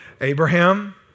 Abraham